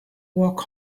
walk